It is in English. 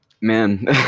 Man